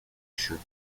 should